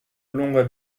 lunga